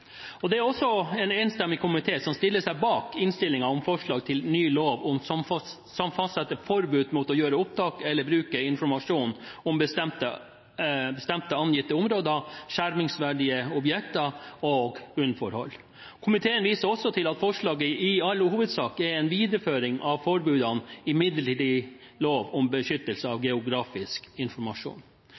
Det er da også en enstemmig komité som stiller seg bak innstillingen om forslag til en ny lov som fastsetter forbud mot å gjøre opptak eller bruke informasjon om bestemte angitte områder, skjermingsverdige objekter og bunnforhold. Komiteen viser også til at forslaget i all hovedsak er en videreføring av forbudene i midlertidig lov om beskyttelse av geografisk informasjon.